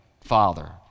Father